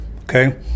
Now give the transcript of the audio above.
Okay